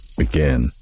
again